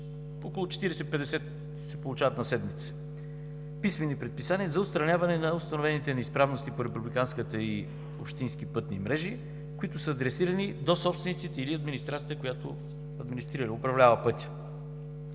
писмени предписания за отстраняване на установените неизправности по републиканската и общински пътни мрежи, които са адресирани до собствениците или администрацията, която администрира, управлява пътя.